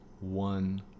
one